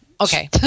Okay